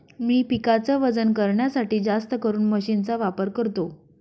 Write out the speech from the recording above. मी पिकाच वजन करण्यासाठी जास्तकरून मशीन चा वापर करतो